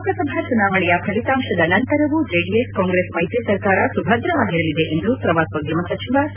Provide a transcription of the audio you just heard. ಲೋಕಸಭಾ ಚುನಾವಣೆಯ ಫಲಿತಾಂಶದ ನಂತರವೂ ಚೆಡಿಎಸ್ ಕಾಂಗ್ರೆಸ್ ಮೈತ್ರಿ ಸರ್ಕಾರ ಸುಭದ್ರವಾಗಿರಲಿದೆ ಎಂದು ಪ್ರವಾಸೋದ್ಯಮ ಸಚಿವ ಸಾ